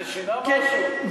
זה שינה משהו?